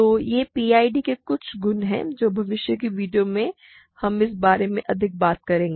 तो ये पीआईडी के कुछ गुण हैं और भविष्य के वीडियो में हम इस बारे में अधिक बात करेंगे